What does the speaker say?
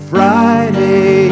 Friday